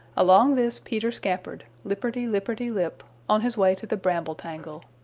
along this peter scampered, lipperty-lipperty-lip, on his way to the bramble-tangle.